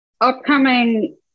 Upcoming